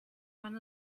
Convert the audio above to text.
man